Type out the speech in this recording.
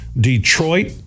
Detroit